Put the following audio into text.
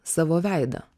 savo veidą